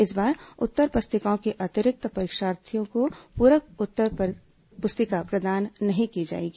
इस बार उत्तर पुस्तिकाओं के अतिरिक्त परीक्षार्थियों को पूरक उत्तर पुस्तिका प्रदान नहीं की जाएगी